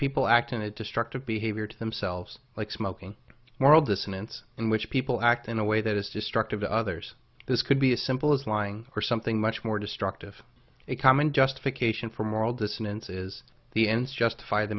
people act in a destructive behavior to themselves like smoking moral dissonance in which people act in a way that is destructive to others this could be as simple as lying or something much more destructive a common justification for moral dissonance is the ends justify the